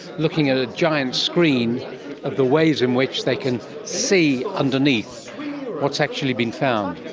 looking at a giant screen of the ways in which they can see underneath what's actually been found.